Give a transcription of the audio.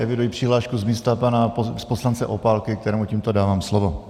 Eviduji přihlášku z místa pana poslance Opálky, kterému tímto dávám slovo.